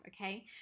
okay